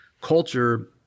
Culture